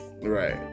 Right